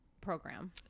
program